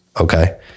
Okay